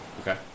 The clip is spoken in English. Okay